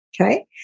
Okay